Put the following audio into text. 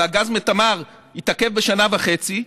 והגז מתמר התעכב בשנה וחצי,